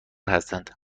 هستند